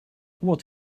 what